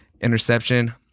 interception